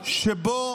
שבו